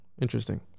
Interesting